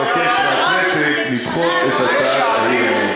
אני מבקש מהכנסת לדחות את הצעת האי-אמון.